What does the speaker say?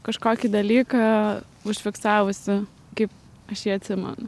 kažkokį dalyką užfiksavusi kaip aš jį atsimenu